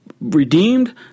redeemed